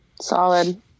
Solid